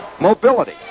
Mobility